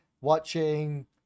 watching